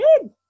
good